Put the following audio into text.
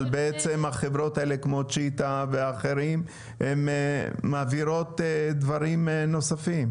אבל למעשה חברות כמו צ'יטה ואחרות מעבירות דברים נוספים.